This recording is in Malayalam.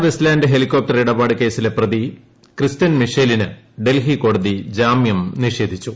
അഗസ്റ്റ വെസ്റ്റ് ലാൻഡ് ഹെലികോപ്ടർ ഇടപാട് കേസിലെ പ്രതി ക്രിസ്റ്റൻ മിഷേലിന് ഡൽഹി കോടതി ജാമൃം നിഷേധിച്ചു